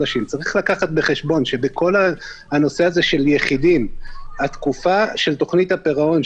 צריך לקחת בחשבון שבכל הנושא של היחידים התקופה של תוכנית הפירעון,